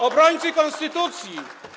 Obrońcy Konstytucji!